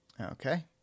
Okay